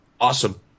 awesome